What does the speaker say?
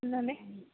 ఉందండి